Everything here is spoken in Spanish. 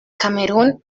camerún